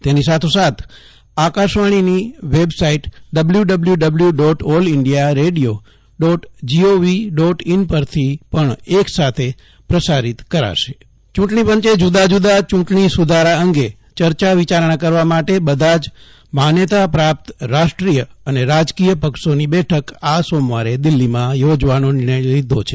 તેની સાથોસાથ આકાશવાણીની website W W W dot all India radio dot GOV dot in પરથી પણ એક સાથે પ્રકાશિત કરાશે જગદીશ વૈશ્નવ ચુંટણી પં ચ બેઠક યૂં ટણી પંચે જુદા જુદા યૂં ટણી સુ ધારા અંગે ચર્ચા વિચારણા કરવા માટે બધા જ માન્યતા પ્રાપ્ત રાષ્ટ્રીય અને રાજકીય પક્ષોની બેઠક આ સોમવારે દિલ્હીમાં યોજવાનો નિર્ણય લીધો છે